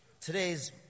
Today's